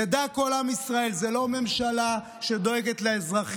ידע כל עם ישראל: זו לא ממשלה שדואגת לאזרחים,